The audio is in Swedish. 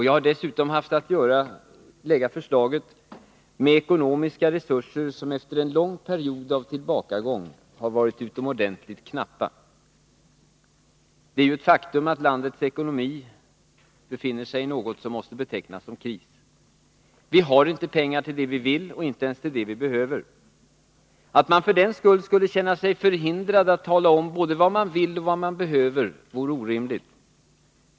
Jag har dessutom haft att lägga fram förslaget med ekonomiska resurser som efter en lång period av tillbakagång har varit utomordentligt knappa. Det är ett faktum att landets ekonomi befinner sig i något som måste betecknas som kris. Vi har inte pengar till det vi vill ha — och inte ens till det vi behöver. Det vore orimligt om man för den skull skulle känna sig förhindrad att tala om både vad man vill och vad man behöver.